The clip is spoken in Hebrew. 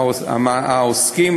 העוסקים,